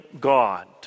God